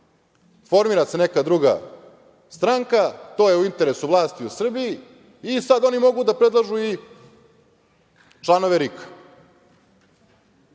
formira se neka druga stranka, to je u interesu vlasti u Srbiji i sada oni mogu da predlažu i članove RIK.